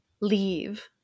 leave